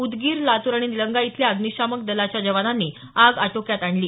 उदगीर लातूर आणि निलंगा इथल्या अग्निशामक दलाच्या जवानांनी आग आटोक्यात आणली